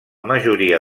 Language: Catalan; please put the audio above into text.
majoria